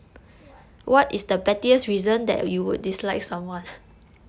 what